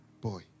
boy